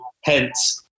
hence